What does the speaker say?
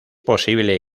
posible